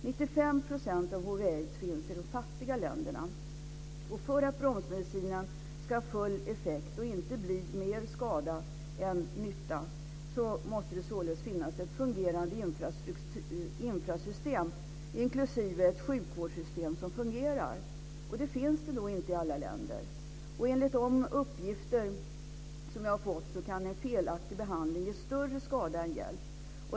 95 % av hiv/aids finns i de fattiga länderna, och för att bromsmedicinen ska ha full effekt och inte ska bli till mer skada än nytta måste det finnas ett fungerande infrasystem, inklusive ett sjukvårdssystem som fungerar, och det finns inte i alla länder. Enligt de uppgifter som jag har fått kan en felaktig behandling ge större skada än hjälp.